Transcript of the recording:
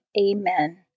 Amen